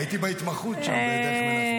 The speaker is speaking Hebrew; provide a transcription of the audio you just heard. הייתי בהתמחות שם, בדרך מנחם בגין.